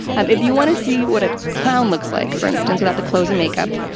um if you want to see what a clown looks like, for instance, without the clothes and makeup,